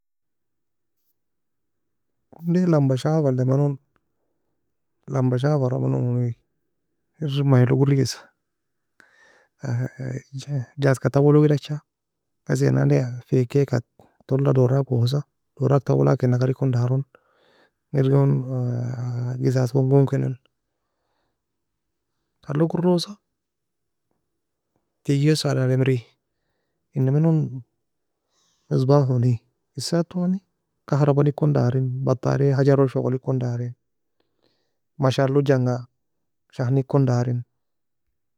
Onday لمبة shafa elimeno لمبة shafra meno oni many log orikesa جاز ka tawoe log ghases nan ne faikay ka tola dorak osa dorak tawoe lakin agar ekon daron kir gon زجاج kon gon konon talog orosa teagi kesa ademri. Enae menon مصباح uni esat tony كهرباء ne kon darin, بطارية حجر log shogli kon darin, musha log janga, شحن ekon darin.